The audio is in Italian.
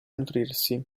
nutrirsi